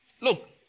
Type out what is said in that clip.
look